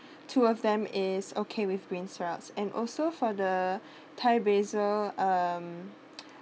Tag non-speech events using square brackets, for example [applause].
two of them is okay with beansprouts and also for the thai basil um [noise]